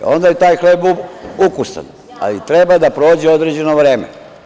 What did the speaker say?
Onda je taj hleb ukusan, ali treba da prođe određeno vreme.